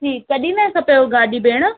जी कॾहिं महिल खपेव गाॾी भेण